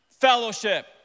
fellowship